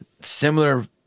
similar